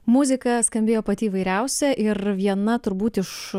muzika skambėjo pati įvairiausia ir viena turbūt iš